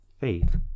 faith